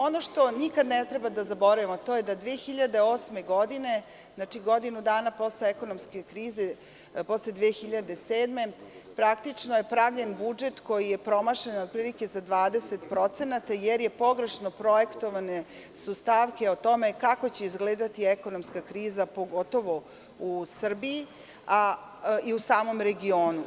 Ono što nikad ne treba da zaboravimo, a to je da je 2008. godine, znači godinu dana posle ekonomske krize, posle 2007. godine, praktično pravljen budžet koji je promašen otprilike za 20%, jer su pogrešno projektovane stavke o tome kako će izgledati ekonomska kriza, pogotovo u Srbiji i u samom regionu.